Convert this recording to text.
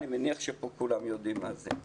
אני מניח שפה כולם יודעים מה זה.